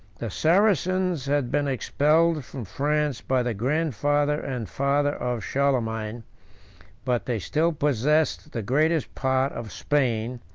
the saracens had been expelled from france by the grandfather and father of charlemagne but they still possessed the greatest part of spain,